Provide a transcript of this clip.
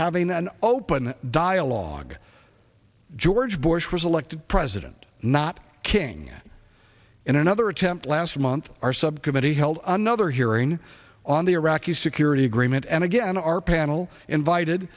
having an open dialogue george bush was elected president not king in another attempt last month our subcommittee held another hearing on the iraqi security agreement and again our panel invited